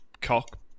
cock